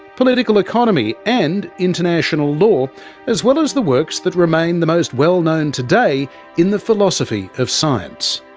political economy, and international law as well as the works that remain the most well-known today in the philosophy of science.